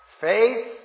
Faith